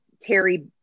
Terry